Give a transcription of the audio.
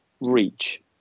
reach